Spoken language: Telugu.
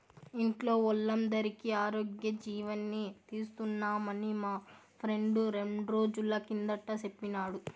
ఇంట్లో వోల్లందరికీ ఆరోగ్యజీవని తీస్తున్నామని మా ఫ్రెండు రెండ్రోజుల కిందట సెప్పినాడు